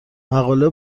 مقاله